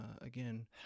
again